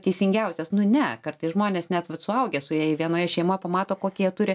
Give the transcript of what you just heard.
teisingiausias nu ne kartais žmonės net vat suaugę suėję į vienoje šeimo pamato kokį jie turi